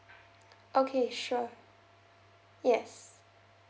okay sure yes